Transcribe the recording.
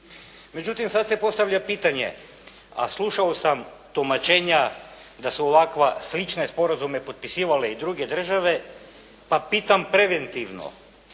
Međutim, sad se postavlja pitanje, a slušao sam tumačenja da su ovakva slične sporazume potpisivale i druge države, pa pitam preventivno,